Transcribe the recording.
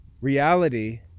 reality